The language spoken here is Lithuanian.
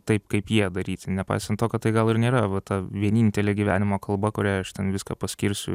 taip kaip jie daryti nepaisant to kad tai gal ir nėra va ta vienintelė gyvenimo kalba kuriai aš ten viską paskirsiu